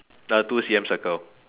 the two C_M circle